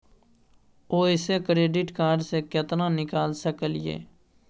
ओयसे credit card से केतना निकाल सकलियै?